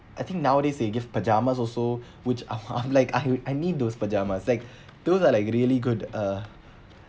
I think nowadays they give pyjamas also which like I I need those pyjamas like those are like really good uh